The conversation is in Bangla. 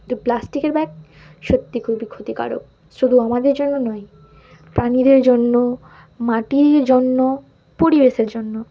কিন্তু প্লাস্টিকের ব্যাগ সত্যি খুবই ক্ষতিকারক শুধু আমাদের জন্য নয় প্রাণীদের জন্য মাটির জন্য পরিবেশের জন্য